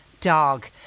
dog